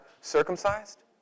circumcised